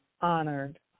honored